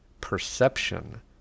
perception